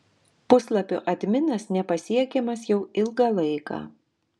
puslapio adminas nepasiekiamas jau ilgą laiką